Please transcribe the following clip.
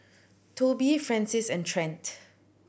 Tobi Frances and Trent